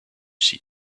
see